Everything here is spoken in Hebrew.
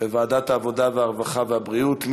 בוועדת העבודה, הרווחה והבריאות.